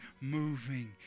moving